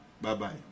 Bye-bye